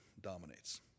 dominates